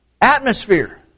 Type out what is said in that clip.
atmosphere